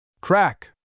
Crack